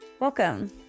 Welcome